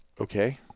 Okay